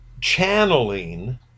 channeling